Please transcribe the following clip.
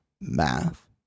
math